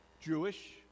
Jewish